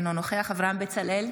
אינו נוכח אברהם בצלאל,